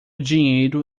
dinheiro